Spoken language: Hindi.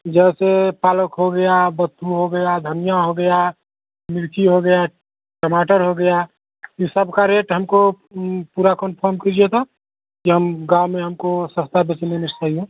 जैसे पालक हो गया बत्थू हो गया धनिया हो गया मिर्ची हो गया टमाटर हो गया यह सबका रेट हमको पूरा कन्फम कीजिए तो जौन गाँव में हमको सस्ता बेचने में सही हो